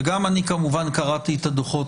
וגם אני כמובן קראתי את הדוחות,